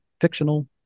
fictional